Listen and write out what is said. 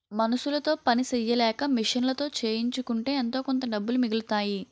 మనుసులతో పని సెయ్యలేక మిషన్లతో చేయించుకుంటే ఎంతోకొంత డబ్బులు మిగులుతాయి